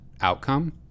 outcome